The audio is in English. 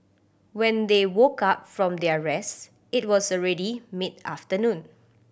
when they woke up from their rest it was already mid afternoon